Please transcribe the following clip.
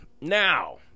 now